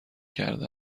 کرده